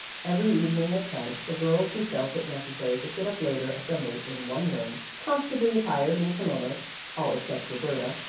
every evening at ten the girls who felt it necessary to sit up later assembled in one room, comfortably attired in kimonos all except roberta,